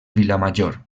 vilamajor